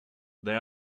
there